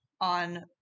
on